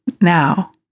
now